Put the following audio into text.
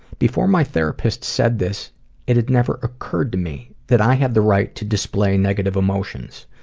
before my therapist said this it had never occurred to me that i have the right to display negative emotions.